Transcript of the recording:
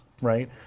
right